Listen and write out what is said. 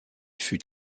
fut